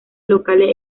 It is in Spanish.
locales